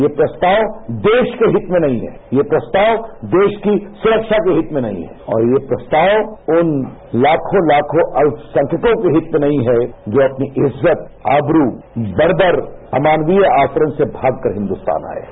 यह प्रस्ताव देश के हित में नहीं है प्रस्ताव देश की सुरक्षा के हित में नहीं है और यह प्रस्ताव उन लाखो लाखो अल्पसंख्यकों के हित में नहीं है जो अपनी इज्जतआबरूबर्बर् अमानवीय आक्रमण से भागकर हिन्दुस्तान आये हैं